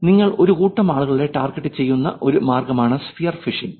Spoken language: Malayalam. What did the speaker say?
നിങ്ങൾ ഒരു കൂട്ടം ആളുകളെ ടാർഗെറ്റുചെയ്യുന്ന ഒരു മാർഗമാണ് സ്ഫിയർ ഫിഷിംഗ്